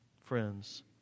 friends